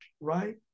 right